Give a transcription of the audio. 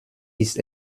ist